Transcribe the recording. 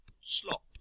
slop